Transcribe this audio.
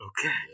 Okay